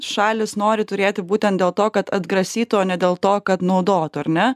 šalys nori turėti būtent dėl to kad atgrasytų o ne dėl to kad naudotų ar ne